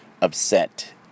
upset